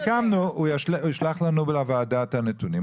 סיכמנו הוא ישלח לנו לוועדה את הנתונים,